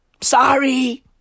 Sorry